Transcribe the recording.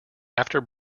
after